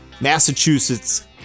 Massachusetts